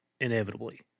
inevitably